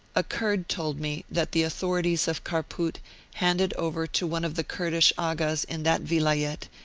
a kurd told me that the authorities of kharpout handed over to one of the kurdish aghas in that vilayet,